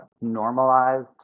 normalized